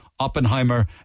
Oppenheimer